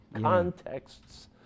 contexts